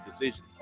decisions